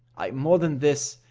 ay, more than this,